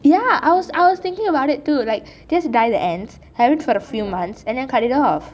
ya I was I was thinking about it to like just dye the ends have it for a few months and then cut it off